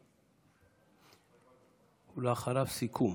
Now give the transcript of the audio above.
ואחריו, סיכום.